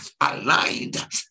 aligned